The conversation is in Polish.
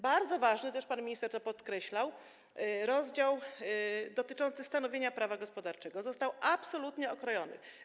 Bardzo ważny, też pan minister to podkreślał, rozdział dotyczący stanowienia prawa gospodarczego został absolutnie okrojony.